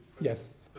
Yes